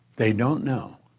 they don't know,